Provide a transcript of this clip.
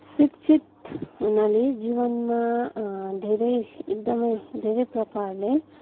शिक्षित हुनाले जीवनमा धेरै एकदमै धेरै प्रकारले